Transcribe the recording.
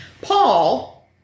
Paul